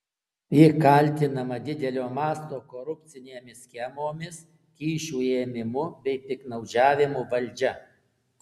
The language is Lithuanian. ji kaltinama didelio masto korupcinėmis schemomis kyšių ėmimu bei piktnaudžiavimu valdžia